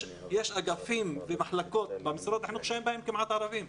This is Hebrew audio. יש במשרד החינוך אגפים ומחלקות שכמעט ואין בהם ערבים.